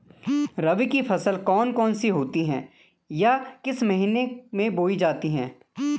रबी की फसल कौन कौन सी होती हैं या किस महीने में बोई जाती हैं?